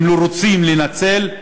הם לא רוצים לנצל,